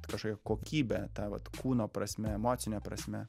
kažkokią kokybę tą vat kūno prasme emocine prasme